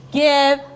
give